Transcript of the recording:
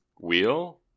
wheel